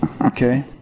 okay